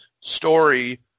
story